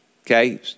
Okay